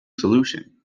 solution